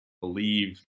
believe